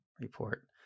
report